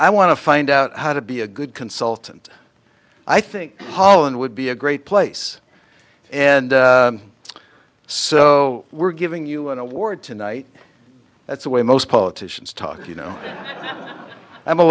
i want to find out how to be a good consultant i think holland would be a great place and so we're giving you an award tonight that's the way most politicians talk you know i'm a